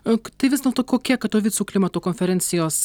ak tai vis dėlto kokia katovicų klimato konferencijos